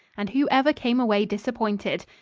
and who ever came away disappointed?